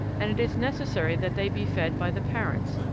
and it is necessary that they be fed by the parents,